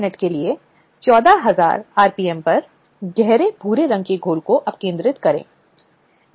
इसलिए हम दो दृष्टिकोण देखेंगे एक पीड़ित का दृष्टिकोण है और एक शिकायत समिति के दृष्टिकोण से है जिसे निर्धारित किया गया है